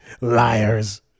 Liars